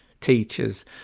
teachers